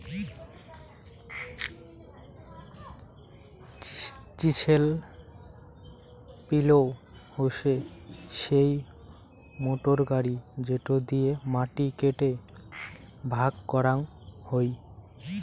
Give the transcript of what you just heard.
chisel পিলও হসে সেই মোটর গাড়ি যেটো দিয়ে মাটি কে ভাগ করাং হই